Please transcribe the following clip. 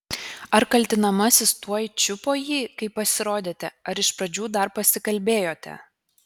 ar kaltinamasis tuoj čiupo jį kai pasirodėte ar iš pradžių dar pasikalbėjote